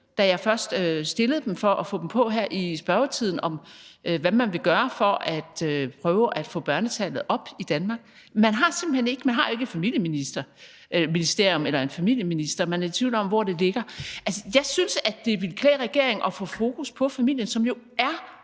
da jeg først stillede dem for at få dem på her i spørgetiden, altså spørgsmål om, hvad man ville gøre for at prøve at få børnetallet op i Danmark. Man har ikke et familieministerium eller en familieminister. Man er i tvivl om, hvor det ligger. Jeg synes, at det ville klæde regeringen at få fokus på familien, som jo er